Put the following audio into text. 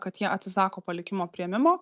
kad jie atsisako palikimo priėmimo